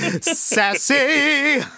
Sassy